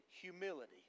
humility